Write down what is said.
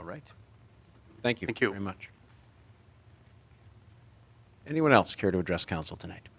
all right thank you thank you very much anyone else care to address council tonight